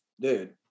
dude